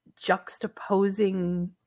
juxtaposing